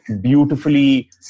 beautifully